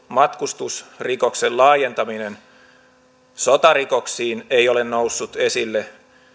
matkustusrikoksen laajentaminen sotarikoksiin ei ole noussut esille